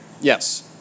Yes